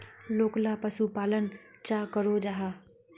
लोकला पशुपालन चाँ करो जाहा?